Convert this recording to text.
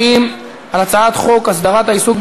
חבר הכנסת אוסאמה סעדי,